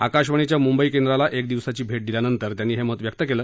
आकाशवाणीच्या मुंबई केंद्राला एक दिवसाची भेट दिल्यानंतर त्यांनी हे मत व्यक्त केलं